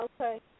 Okay